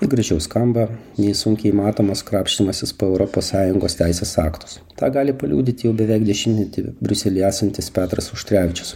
gražiau skamba nei sunkiai matomas krapštymasis po europos sąjungos teisės aktus tą gali paliudyti jau beveik dešimtmetį briuselyje esantis petras auštrevičius